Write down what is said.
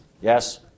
Yes